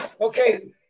okay